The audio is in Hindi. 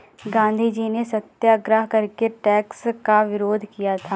गांधीजी ने सत्याग्रह करके टैक्स का विरोध किया था